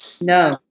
No